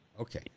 Okay